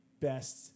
best